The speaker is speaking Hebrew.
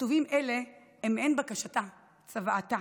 כתובים אלה הם מעין בקשתה, צוואתה,